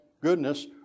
goodness